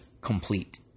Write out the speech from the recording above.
complete